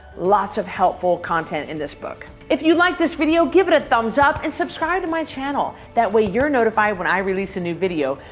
lots of helpful content in this book. if you like this video, give it a thumbs up and subscribe my channel. that way you're notified when i release a new video.